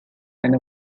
and